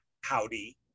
Howdy